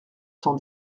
cent